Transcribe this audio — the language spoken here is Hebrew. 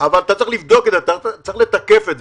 אבל צריך לתקף אותה.